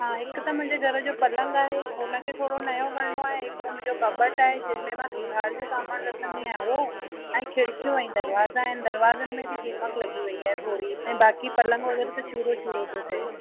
हा हिकु त मुंहिंजे घर जो पलंग आहे हुनखे थोरो नओं करिणो आहे हिकिड़ो मुंहिंजो कबट आहे जंहिं में मां सिगांर जो सामानु रखंदी आहियां उहो ऐं खिड़कियूं ऐं दरवाजा आहिनि दरवाजनि में बि दिमक लॻी वेई आहे थोरी ऐं बाक़ी पलंग वग़ैरह ते चुरो चुरो पियो थिए